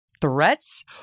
threats